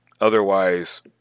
Otherwise